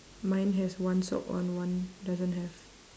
mine has one sock on one doesn't have